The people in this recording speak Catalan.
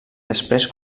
després